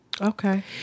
Okay